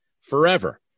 forever